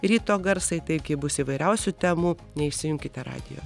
ryto garsai taigi bus įvairiausių temų neišsijunkite radijo